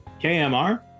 KMR